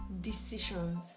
decisions